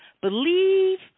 Believe